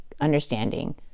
understanding